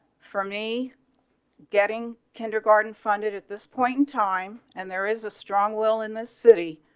for me getting kindergarten funded at this point in time and there is a strong will in the city